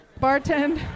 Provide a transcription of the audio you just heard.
bartend